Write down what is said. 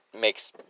makes